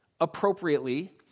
appropriately